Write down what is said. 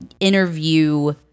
interview